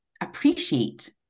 appreciate